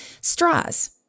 Straws